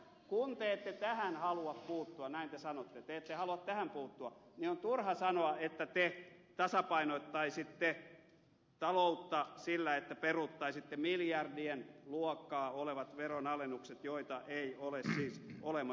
kun te ette tähän halua puuttua näin te sanotte te ette halua tähän puuttua niin on turha sanoa että te tasapainottaisitte taloutta sillä että peruuttaisitte miljardien luokkaa olevat veronalennukset joita ei ole siis olemassakaan